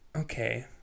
Okay